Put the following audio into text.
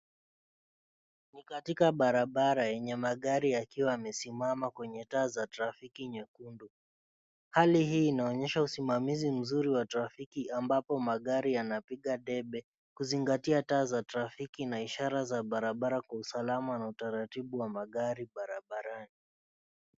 Katika barabara yenye magari yakiwa yamesimama kwenye taa za trafiki nyekundu, hali hii inaonyesha usimamizi mzuri wa trafiki ambapo magari yanapiga debe, kuzingatia taa za trafiki na ishara za barabara kwa usalama na utaratibu wa magari barabarani.